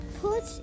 put